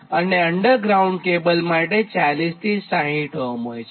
અને underground cable માટે 40 60 ohm છે